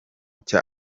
cya